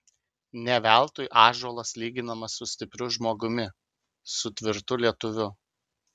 ne veltui ąžuolas lyginamas su stipriu žmogumi su tvirtu lietuviu